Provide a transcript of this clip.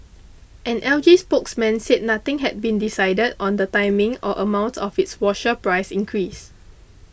an L G spokesman said nothing had been decided on the timing or amount of its washer price increase